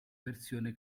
versione